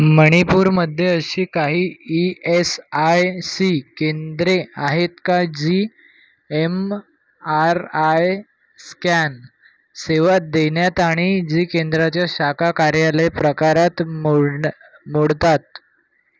मणिपूरमध्ये अशी काही ई यस आय सी केंद्रे आहेत का G M R I scan सेवा देण्यात आणि जी केंद्राच्या शाखा कार्यालय प्रकारात मोलणं मोडतात